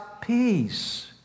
peace